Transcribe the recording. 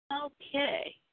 Okay